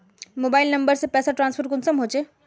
Mobile number से पैसा transfer कुंसम होचे?